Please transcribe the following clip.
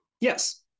yes